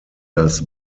das